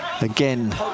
again